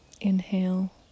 Inhale